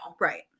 Right